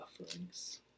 sufferings